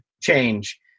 change